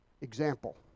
example